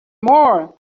more